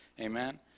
Amen